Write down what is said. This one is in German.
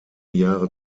jahre